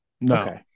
no